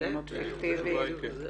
לחשבונות פיקטיביים?